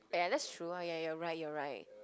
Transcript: ya that's true ya you're right you're right